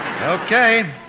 Okay